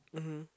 mmhmm